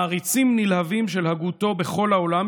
מעריצים נלהבים של הגותו בכל העולם,